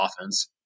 offense